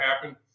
happen